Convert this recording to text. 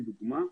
לדוגמה,